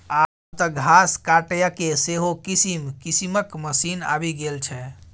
आब तँ घास काटयके सेहो किसिम किसिमक मशीन आबि गेल छै